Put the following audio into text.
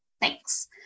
Thanks